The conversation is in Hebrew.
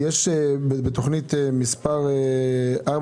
בתכנית מספר 4,